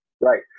Right